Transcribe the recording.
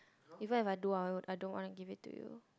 even if I do I don't want to give it to you